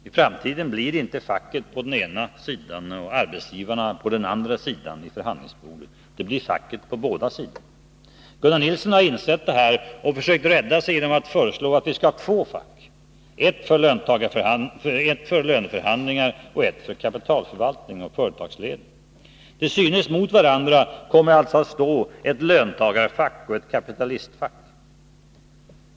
I framtiden blir det inte facket på den ena sidan och arbetsgivaren på den andra vid förhandlingsbordet. Det blir facket på båda sidor. Gunnar Nilsson har insett det här och försökt rädda sig genom att föreslå att vi skall ha två fack — ett för löneförhandlingar och ett för kapitalförvaltning och företagsledning. Till synes mot varandra kommer alltså att stå ett löntagarfack och ett kapitalistfack.